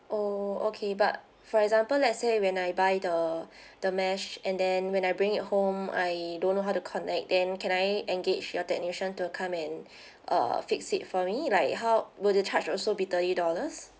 oh okay but for example let's say when I buy the the mesh and then when I bring it home I don't know how to connect then can I engage your technician to come and uh fix it for me like how would the charge also be thirty dollars